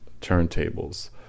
turntables